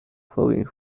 clothing